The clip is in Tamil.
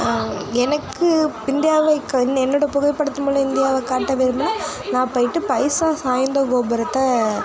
எனக்கு இந்தியா லைக் என் என்னோட புகைப்படத்து மூலம் இந்தியாவை கட்ட விரும்பினா நான் போய்விட்டு பைசா சாய்ந்த கோபுரத்தை